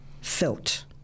felt